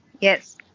Yes